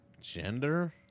Gender